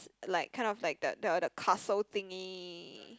like like kind of like the the castle thingy